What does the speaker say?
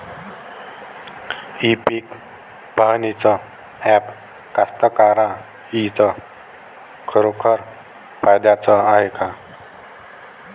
इ पीक पहानीचं ॲप कास्तकाराइच्या खरोखर फायद्याचं हाये का?